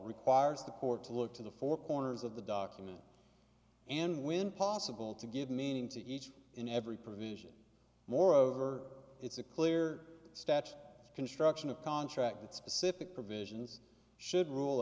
requires the court to look to the four corners of the document and when possible to give meaning to each and every provision moreover it's a clear statute construction of contract that specific provisions should rule